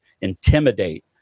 intimidate